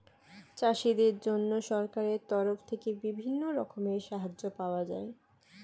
চাষীদের জন্য সরকারের তরফ থেকে বিভিন্ন রকমের সাহায্য পাওয়া যায়